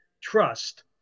trust